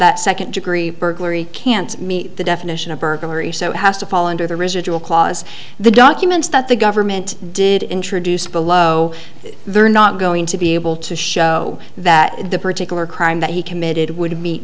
that second degree burglary can't meet the definition of burglary so it has to fall under the residual clause the documents that the government did introduce below they're not going to be able to show that the particular crime that he committed would